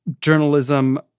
journalism